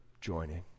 joining